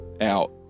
out